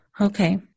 Okay